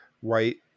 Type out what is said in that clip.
white